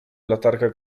latarka